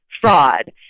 fraud